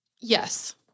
yes